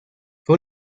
fue